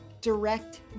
direct